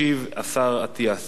ישיב השר אטיאס.